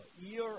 year